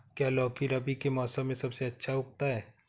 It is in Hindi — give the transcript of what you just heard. क्या लौकी रबी के मौसम में सबसे अच्छा उगता है?